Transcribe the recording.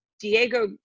Diego